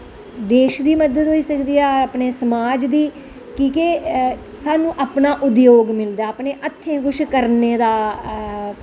देश दी मदद होई सकदी ऐ अस अपने समाज दी कि के सानूं अपना उद्योग मिलदा ऐ अपने हत्थें कुछ करने दा